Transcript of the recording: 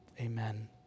Amen